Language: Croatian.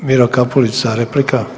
Miro Kapulica replika.